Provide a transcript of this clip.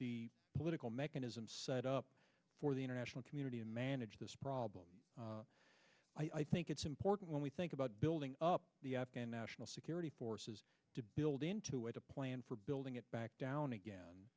the political mechanism set up for the international community to manage this problem i think it's important when we think about building up the afghan national security forces to build into it a plan for building it back down again